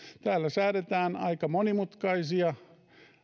täällä säädetään aika monimutkaisia